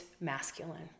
masculine